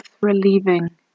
relieving